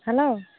hello